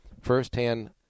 firsthand